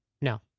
No